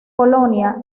colonia